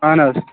اَہَن حظ